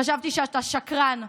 חשבתי שאתה שקרן,